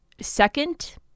Second